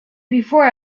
before